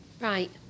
Right